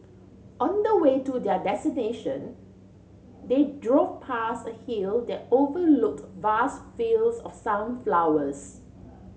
on the way to their destination they drove past a hill that overlooked vast fields of sunflowers